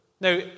Now